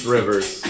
rivers